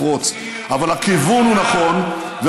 לפרוץ, אבל הכיוון הוא נכון.